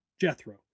Jethro